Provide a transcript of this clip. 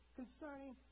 concerning